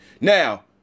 Now